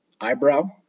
eyebrow